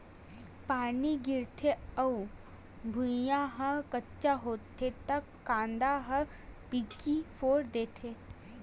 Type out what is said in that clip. पानी गिरथे अउ भुँइया ह कच्चा होथे त कांदा ह पीकी फोर देथे